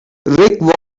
rick